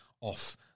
off